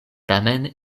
tamen